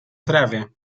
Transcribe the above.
trawie